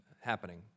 happening